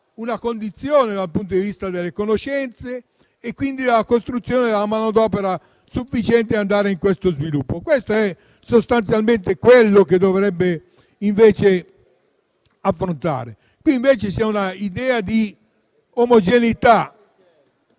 una condizione dal punto di vista delle conoscenze e quindi della costruzione della manodopera sufficiente per andare incontro a questo sviluppo. Questo è sostanzialmente quello che si dovrebbe affrontare. Qui, invece, c'è un'idea di omogeneità